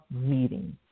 meeting